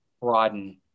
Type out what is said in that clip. broaden